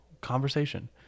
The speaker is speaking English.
conversation